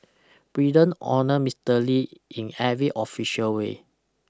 Britain honoured Mister Lee in every official way